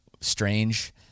strange